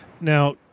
Now